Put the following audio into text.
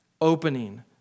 Opening